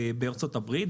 בארה"ב,